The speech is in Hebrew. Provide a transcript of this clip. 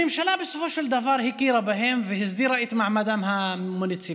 הממשלה בסופו של דבר הכירה בהם והסדירה את מעמדם המוניציפלי.